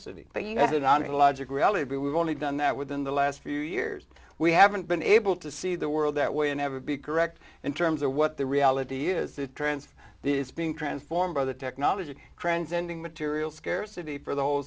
city but you know as an ontological reality we've only done that within the last few years we haven't been able to see the world that way and ever be correct in terms of what the reality is that transfer is being transformed by the technology trends ending material scarcity for the whole